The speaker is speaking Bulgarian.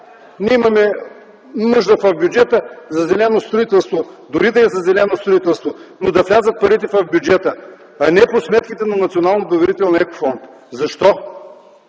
сега имаме нужда в бюджета за зелено строителство”. Дори да е за зелено строителство, но да влязат парите в бюджета, а не по сметките на Националния доверителен екофонд. Казвам